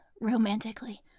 romantically